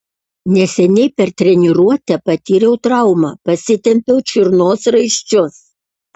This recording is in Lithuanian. neseniai per treniruotę patyriau traumą pasitempiau čiurnos raiščius